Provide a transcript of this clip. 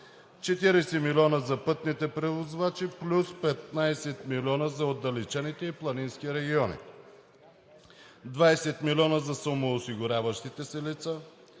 40 милиона за пътните превозвачи плюс 15 милиона за отдалечените и планински региони; 20 милиона за самоосигуряващите се лица;